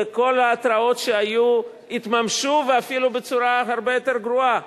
וכל ההתרעות שהיו התממשו ואפילו בצורה הרבה יותר גרועה.